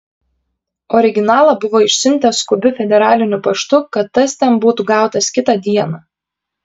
originalą buvo išsiuntęs skubiu federaliniu paštu kad tas ten būtų gautas kitą dieną